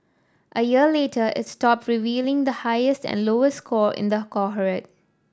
a year later it stopped revealing the highest and lowest score in the cohort